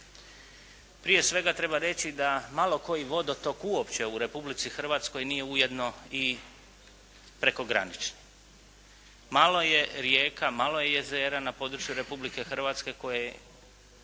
Prije svega, treba reći da malo koji vodotok uopće u Republici Hrvatskoj nije ujedno i prekogranični. Malo je rijeka, malo je jezera na području Republike Hrvatske koje